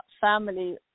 family